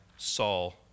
Saul